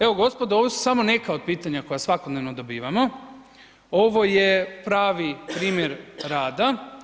Evo gospodo, ovo su samo neka od pitanja koja svakodnevno dobivamo, ovo je pravi primjer rada.